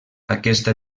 aquesta